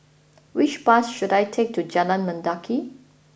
which bus should I take to Jalan Mendaki